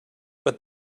but